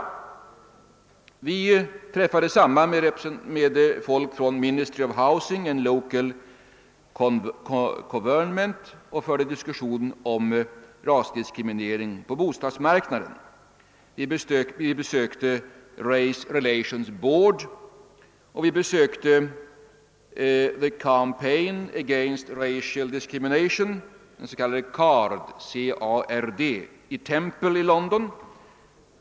Vi träffade samman med folk från Ministry of Housing and Local Government och förde en diskussion om rasdiskriminering på bostadsmarknaden. Vi besökte Race Relations Board, och vi besökte The Campaign against Racial Discrimination — CARD — i Temple i London.